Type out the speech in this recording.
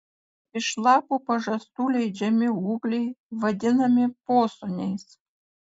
iš lapų pažastų leidžiami ūgliai vadinami posūniais